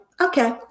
okay